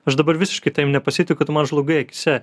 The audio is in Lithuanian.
aš dabar visiškai tavim nepasitikiu tu man žlugai akyse